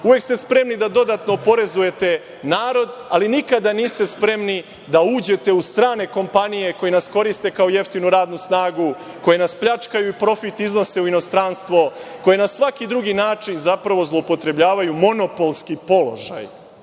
Uvek ste spremni da dodatno oporezujete narod, ali nikada niste spremni da uđete u strane kompanije koje nas koriste kao jeftinu radnu snagu, koji nas pljačkaju i profit iznose u inostranstvo, koje na svaki drugi način zloupotrebljavaju monopolski položaj